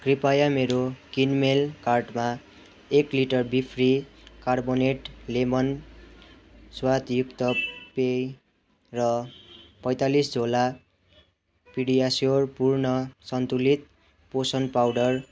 कृपया मेरो किनमेल कार्टमा एक लिटर बि फ्री कार्बोनेट लेमन स्वादयुक्त पेय र पैँतालिस झोला पिडियास्योर पूर्ण सन्तुलित पोषण पाउडर